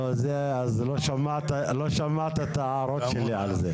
לא שמעת את ההערות שלי על זה.